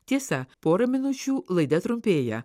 tiesa pora minučių laida trumpėja